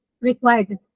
required